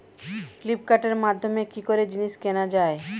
ফ্লিপকার্টের মাধ্যমে কি করে জিনিস কেনা যায়?